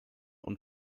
und